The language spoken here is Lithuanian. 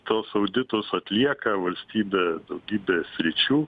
tuos auditus atlieka valstybė daugybėje sričių